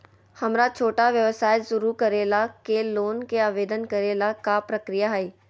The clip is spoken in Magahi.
हमरा छोटा व्यवसाय शुरू करे ला के लोन के आवेदन करे ल का प्रक्रिया हई?